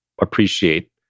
appreciate